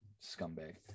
scumbag